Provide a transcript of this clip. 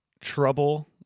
trouble